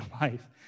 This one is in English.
life